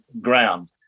ground